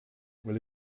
will